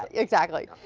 exactly.